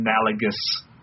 analogous